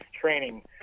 training